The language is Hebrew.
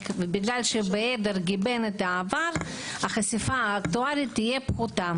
ובגלל שבהיעדר גיבנת העבר החשיפה האקטוארית תהיה פחותה